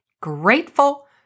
grateful